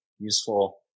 useful